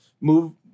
move